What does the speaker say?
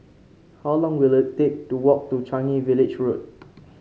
how long will it take to walk to Changi Village Road